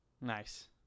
Nice